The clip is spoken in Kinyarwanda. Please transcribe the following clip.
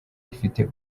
ifite